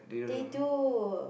they do